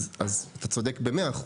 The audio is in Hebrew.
אז אתה צודק ב-100%.